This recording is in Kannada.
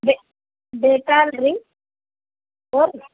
ಡೆ ಡೆಟಾಲ್ ರಿ ಹೋಯ್